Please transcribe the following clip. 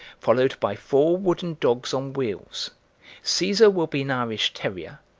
followed by four wooden dogs on wheels caesar will be an irish terrier,